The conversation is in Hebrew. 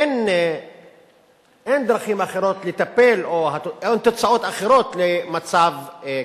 אין דרכים אחרות לטפל, אין תוצאות אחרות למצב כזה.